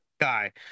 guy